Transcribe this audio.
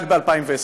רק ב-2020.